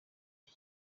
iki